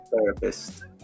therapist